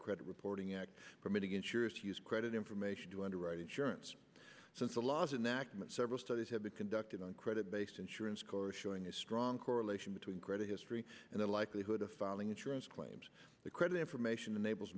credit reporting act permitting insurers to use credit information to underwrite insurance since the laws and several studies have been conducted on credit based insurance course showing a strong correlation between credit history and the likelihood of filing insurance claims the credit information enables